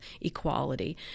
equality